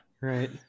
Right